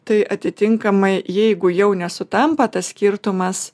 tai atitinkamai jeigu jau nesutampa tas skirtumas